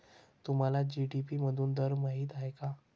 तुम्हाला जी.डी.पी मधून दर माहित आहे का?